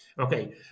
Okay